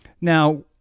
Now